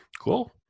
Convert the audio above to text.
Cool